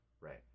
right